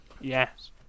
Yes